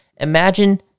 Imagine